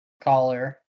collar